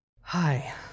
Hi